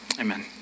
Amen